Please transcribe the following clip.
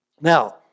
Now